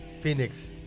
Phoenix